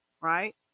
right